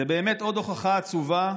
זו באמת עוד הוכחה עצובה